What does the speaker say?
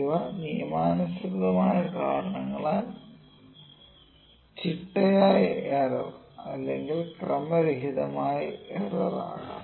ഇവ നിയമാനുസൃതമായ കാരണങ്ങൾ ചിട്ടയായ എറർ അല്ലെങ്കിൽ ക്രമരഹിതമായ എറർ ആകാം